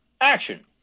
action